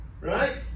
right